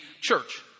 church